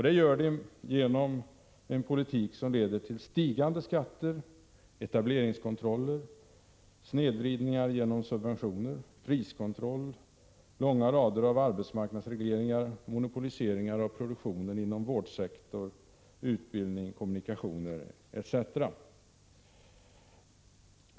Det gör de genom en politik som leder till stigande skatter, etableringskontroller, snedvridningar genom subventioner, pris kontroll, långa rader av arbetsmarknadsregleringar, monopoliseringar av produktionen inom vårdsektor, utbildning, kommunikationer etc.